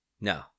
No